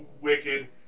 wicked